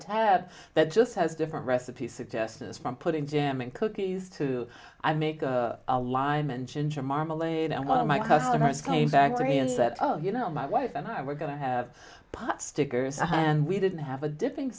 tab that just has different recipes suggestions from putting jam in cookies to i make a lineman ginger marmalade and one of my customers came back to me and said you know my wife and i were going to have pot stickers on hand we didn't have a dipping